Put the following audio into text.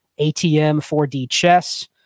ATM4DChess